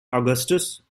augustus